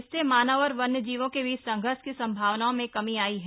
इससे मानव और वन्य जीवों के बीच संघर्ष की संभावनाओं में कमी आयी है